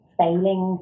failing